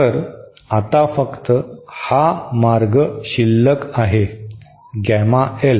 तर आता फक्त हा मार्ग शिल्लक आहे गॅमा एल